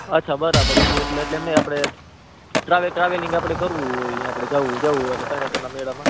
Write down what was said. અચ્છા બરાબર તો આમ એટલે આપણે ટ્રાવે ટ્રાવેલિંગ આપણે કરવું હોય આપણે જાવું હોય આપણે તરણેતરના મેળામાં